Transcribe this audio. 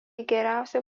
geriausiai